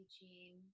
teaching